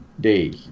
Day